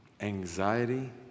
anxiety